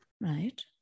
Right